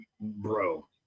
bro